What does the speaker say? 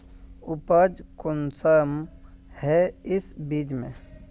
उपज कुंसम है इस बीज में?